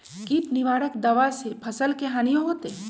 किट निवारक दावा से फसल के हानियों होतै?